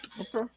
Okay